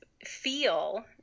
feel